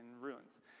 ruins